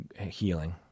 healing